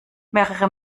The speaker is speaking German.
mehrere